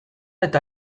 eta